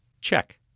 Check